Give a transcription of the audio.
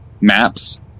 maps